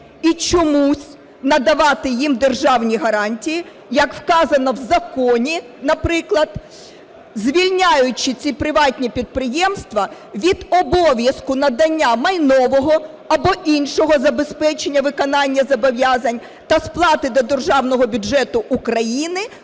і чомусь надавати їм державні гарантії, як вказано в законі, наприклад, звільняючи ці приватні підприємства від обов'язку надання майнового або іншого забезпечення виконання зобов'язань та сплати до Державного бюджету України